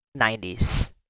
90s